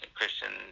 Christian